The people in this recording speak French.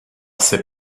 ses